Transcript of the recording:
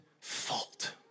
fault